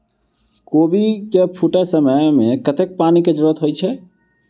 कोबी केँ फूटे समय मे कतेक पानि केँ जरूरत होइ छै?